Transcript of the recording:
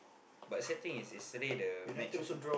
but sad thing is yesterday the match right